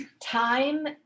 time